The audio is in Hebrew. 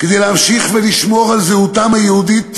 כדי להמשיך לשמור על זהותם היהודית,